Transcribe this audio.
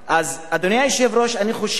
אדוני היושב-ראש, אני חושב